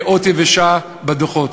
כאות יבשה בדוחות.